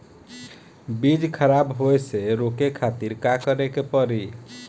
बीज खराब होए से रोके खातिर का करे के पड़ी?